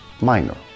minor